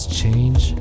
change